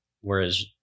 whereas